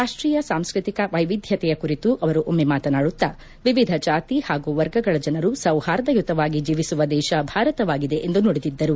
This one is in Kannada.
ರಾಷ್ಟೀಯ ಸಾಂಸ್ಕೃತಿಕ ವೈವಿಧತೆಯ ಕುರಿತು ಅವರು ಒಮ್ಮೆ ಮಾತನಾಡುತ್ತಾ ವಿವಿಧ ಜಾತಿ ಹಾಗೂ ವರ್ಗಗಳ ಜನರು ಸೌಹಾರ್ದಯುತವಾಗಿ ಜೀವಿಸುವ ದೇಶ ಭಾರತವಾಗಿದೆ ಎಂದು ನುಡಿದಿದ್ದರು